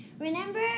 Remember